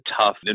tough